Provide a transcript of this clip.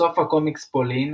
בסוף הקומיקס פולין,